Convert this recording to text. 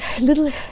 little